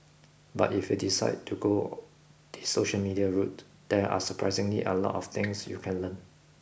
but if you decided to go the social media route there are surprisingly a lot of things you can learn